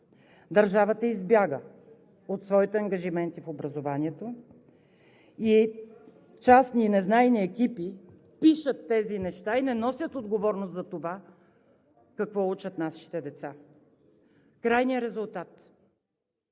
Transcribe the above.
държавата избяга от своите ангажименти в образованието; частни и незнайни екипи пишат тези неща и не носят отговорност за това какво учат нашите деца. Крайният резултат: